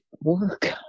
work